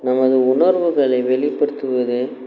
நமது உணர்வுகளை வெளிப்படுத்துவதே